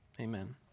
amen